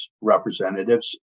representatives